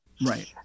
Right